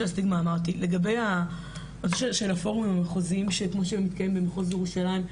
לגבי הפורומים המחוזיים כמו שמתקיים במחוז ירושלים,